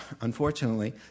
unfortunately